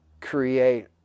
create